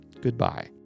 goodbye